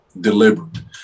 deliberate